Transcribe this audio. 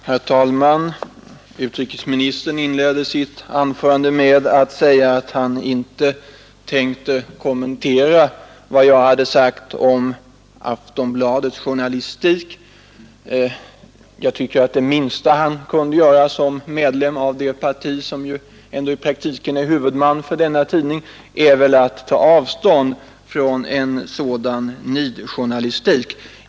Herr talman! Utrikesministern inledde sitt senaste anförande med att säga att han inte tänkte kommentera vad jag hade sagt om Aftonbladets journalistik. Det minsta han borde göra som medlem av det parti som ändå i praktiken är huvudman för denna tidning är väl att ta avstånd från en sådan nidjournalistik.